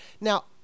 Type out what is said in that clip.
Now